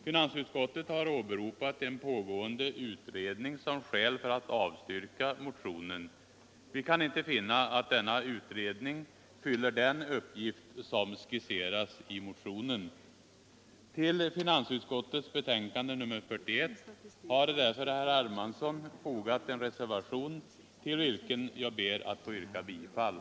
Finansutskottet har åberopat en pågående utredning som skäl för att avstyrka motionen. Vi kan inte finna att denna utredning fyller den uppgift som skisseras i motionen. Till finansutskottets betänkande nr 41 har därför herr Hermansson fogat en reservation, till vilken jag ber att få yrka bifall.